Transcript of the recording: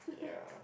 ya